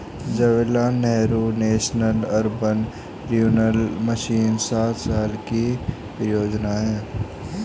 Jawaharlal Nehru national urban renewal mission सात साल की परियोजना है